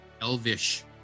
Elvish